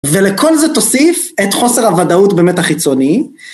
ולכל זה תוסיף את חוסר הוודאות באמת החיצוני.